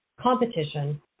competition